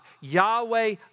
Yahweh